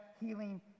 healing